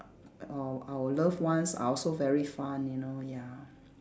orh our loved ones are also very fun you know ya